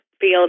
feel